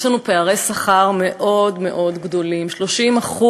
יש לנו פערי שכר מאוד מאוד גדולים, של 30%,